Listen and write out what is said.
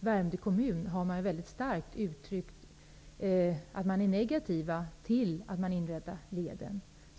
Värmdö kommun har man mycket starkt uttryckt att man är negativa till att leden inrättas.